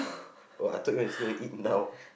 oh I thought you want to say you want to eat now